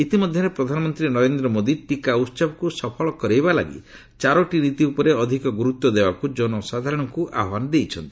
ଇତିମଧ୍ୟରେ ପ୍ରଧାନମନ୍ତ୍ରୀ ନରେନ୍ଦ୍ର ମୋଦୀ ଟିକା ଉତ୍ସବକୁ ସଫଳ କରାଇବା ଲାଗି ଚାରୋଟି ନୀତି ଉପରେ ଅଧିକ ଗୁରୁତ୍ୱ ଦେବାକୁ ଜନସାଧାରଣଙ୍କୁ ଆହ୍ୱାନ ଦେଇଛନ୍ତି